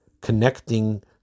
connecting